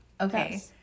Okay